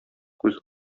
күз